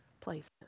places